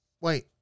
wait